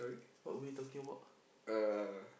what we talking about